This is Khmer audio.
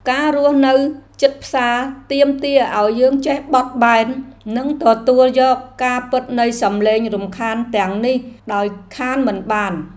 ការរស់នៅជិតផ្សារទាមទារឱ្យយើងចេះបត់បែននិងទទួលយកការពិតនៃសំឡេងរំខានទាំងនេះដោយខានមិនបាន។